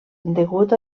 degut